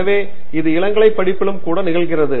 எனவே இது இளங்கலை படிப்பிலும் கூட நிகழ்கிறது